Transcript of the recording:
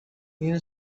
این